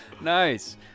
nice